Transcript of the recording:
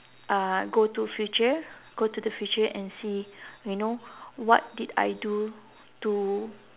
uh go to future go to the future and see you know what did I do to